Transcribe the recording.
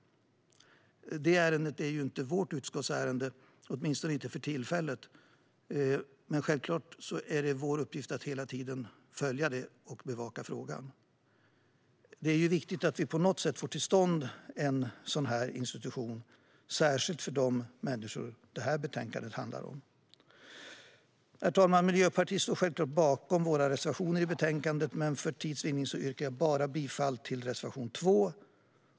Det ärendet ligger inte på vårt utskotts bord, åtminstone inte för tillfället, men självklart är det vår uppgift att hela tiden följa detta och bevaka frågan. Det är viktigt att vi på något sätt får till stånd en sådan institution, särskilt för de människor som detta betänkande handlar om. Herr talman! Miljöpartiet står självklart bakom sina reservationer i betänkandet, men för tids vinnande yrkar jag bifall bara till reservation 2.